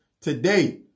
Today